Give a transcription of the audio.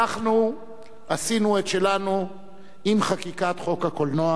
אנחנו עשינו את שלנו עם חקיקת חוק הקולנוע.